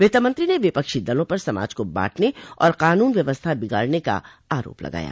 वित्त मंत्री ने विपक्षी दलों पर समाज को बांटने और कानून व्यवस्था बिगाड़ने का आरोप लगाया